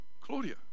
Claudia